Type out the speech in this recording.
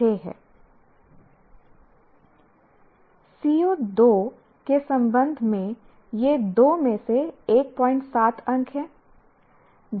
CO 2 के संबंध में यह 2 में से 17 अंक है